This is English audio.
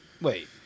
Wait